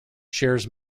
shares